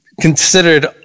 considered